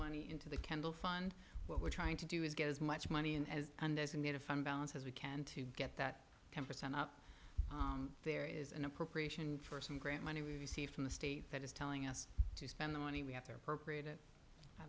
money into the candle fund what we're trying to do is get as much money in as and as indeed a fine balance as we can to get that ten percent up there is an appropriation for some grant money we receive from the state that is telling us to spend the money we have to appropriate it